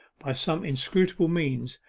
by some inscrutable means,